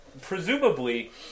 presumably